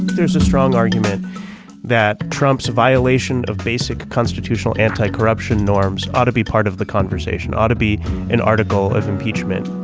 there is a strong argument that trump's violation of basic constitutional anti-corruption norms ought to be part of the conversation ought to be an article of impeachment